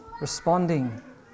responding